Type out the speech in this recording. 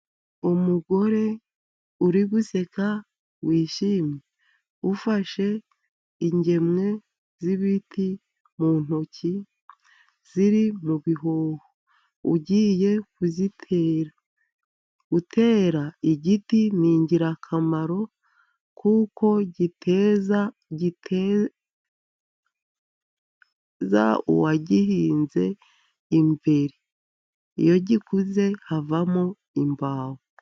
Umugore uri guseka, wishimye, ufashe ingemwe z'ibiti mu ntoki, ziri mu bihoho, ugiye kuzitera. Gutera igiti ni ingirakamaro, kuko giteza uwagihinze imbere. Iyo gikuze havamo imbaho.